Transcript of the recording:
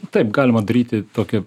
taip galima daryti tokią